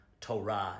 Torah